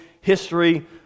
history